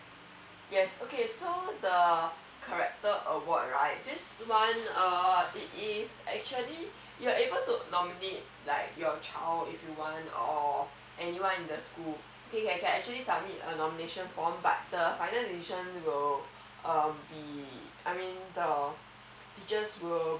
yes okay so the character award right this one uh it is actually you're able to nominate like your child if you want or anyone in the school okay you can actually submit a nomination form but the final decision will um be I mean the teachers will